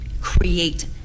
create